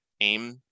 aim